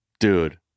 Dude